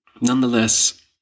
nonetheless